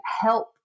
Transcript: help